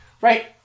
Right